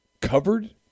covered